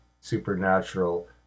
supernatural